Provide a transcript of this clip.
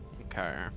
Okay